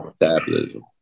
metabolism